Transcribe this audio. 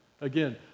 again